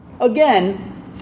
Again